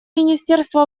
министерству